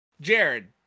Jared